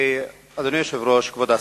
אדוני היושב-ראש, כבוד השר,